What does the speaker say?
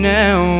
now